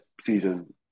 season